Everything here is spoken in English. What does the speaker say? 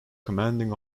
commanding